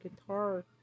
guitar